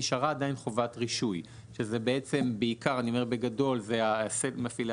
נשארה עדיין חובת רישוי ואלה בעצם בעיקר בגדול מפעילי